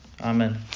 Amen